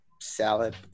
salad